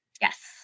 Yes